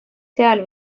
seal